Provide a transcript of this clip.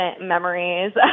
memories